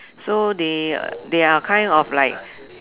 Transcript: so they they are kind of like